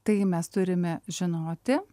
tai mes turime žinoti